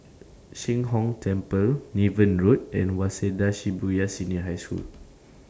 Sheng Hong Temple Niven Road and Waseda Shibuya Senior High School